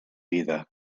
vida